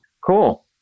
Cool